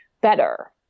better